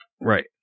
Right